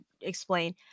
explain